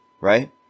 right